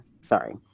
sorry